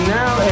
now